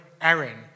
Aaron